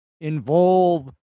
involve